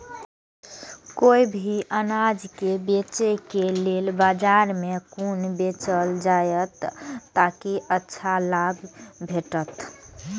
कोय भी अनाज के बेचै के लेल बाजार में कोना बेचल जाएत ताकि अच्छा भाव भेटत?